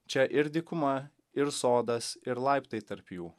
čia ir dykuma ir sodas ir laiptai tarp jų